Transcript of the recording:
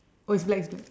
oh it's black it's black